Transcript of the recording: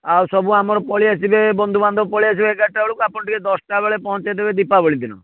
ଆଉ ସବୁ ଆମର ପଳେଇ ଆସିବେ ବନ୍ଧୁବାନ୍ଧବ ପଳେଇ ଆସିବେ ଏଗାରଟା ବେଳକୁ ଆପଣ ଟିକିଏ ଦଶଟା ବେଳେ ପହଁଞ୍ଚେଇ ଦେବେ ଦୀପାବଳି ଦିନ